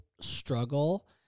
struggle